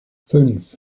fünf